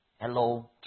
Hello